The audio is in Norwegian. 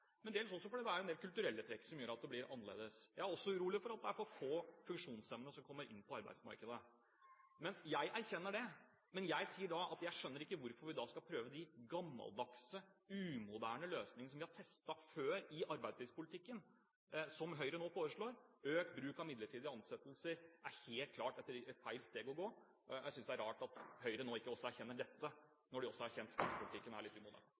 men jeg skjønner ikke hvorfor vi skal prøve de gammeldagse, umoderne løsningene som vi har testet før i arbeidslivspolitikken, som Høyre nå foreslår. Økt bruk av midlertidige ansettelser er helt klart et feil steg å ta. Jeg synes det er rart at Høyre nå ikke erkjenner dette, når de også har erkjent at skattepolitikken er litt umoderne.